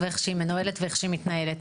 ואיך שהיא מנוהלת ואיך שהיא מתנהלת.